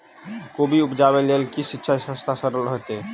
कोबी उपजाबे लेल केँ सिंचाई सस्ता आ सरल हेतइ?